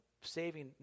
saving